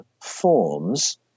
forms